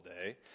Day